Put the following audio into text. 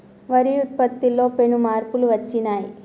వరి ఉత్పత్తిలో పెను మార్పులు వచ్చినాయ్